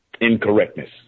incorrectness